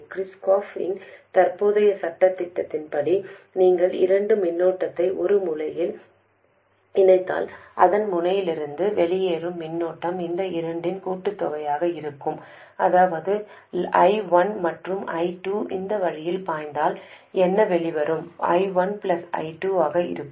Kirchhoff இன் தற்போதைய சட்டத்தின்படி நீங்கள் இரண்டு மின்னோட்டத்தை ஒரு முனையில் இணைத்தால் அந்த முனையிலிருந்து வெளியேறும் மின்னோட்டம் இந்த இரண்டின் கூட்டுத்தொகையாக இருக்கும் அதாவது I1 மற்றும் I2 அந்த வழியில் பாய்ந்தால் என்ன வெளியேறும் I1 I2 ஆக இருக்கும்